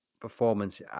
performance